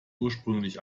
ursprünglich